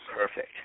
perfect